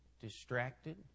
distracted